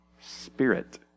spirit